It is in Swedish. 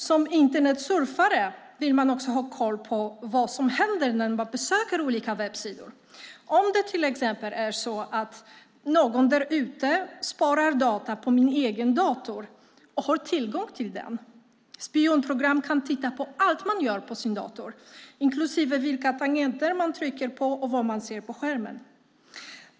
Som Internetsurfare vill man också ha koll på vad som händer när man besöker olika webbsidor, till exempel om någon där ute sparar data på min egen dator och har tillgång till den. Spionprogram kan titta på allt man gör på sin dator, inklusive vilka tangenter man trycker på och vad man ser på skärmen.